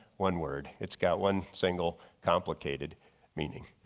one word. it's got one single complicated meaning.